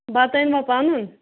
بَتہٕ أنۍ وا پَنُن